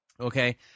Okay